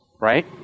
right